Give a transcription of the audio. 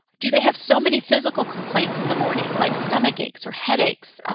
do they have so many physical complaints in the morning, like stomachaches or headaches,